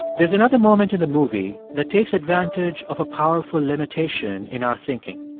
there's another moment in the movie that takes advantage of a powerful limitation in our thinking.